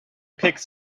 picks